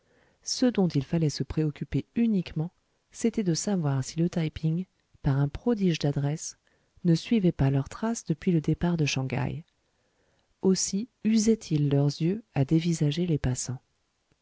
ce dont il fallait se préoccuper uniquement c'était de savoir si le taï ping par un prodige d'adresse ne suivait pas leurs traces depuis le départ de shang haï aussi usaient ils leurs yeux à dévisager les passants